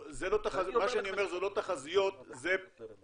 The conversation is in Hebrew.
לא, מה שאני אומר זה לא תחזיות, זה הערכות.